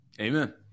Amen